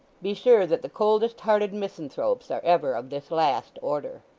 be sure that the coldest-hearted misanthropes are ever of this last order.